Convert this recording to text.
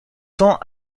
pourtant